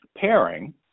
pairing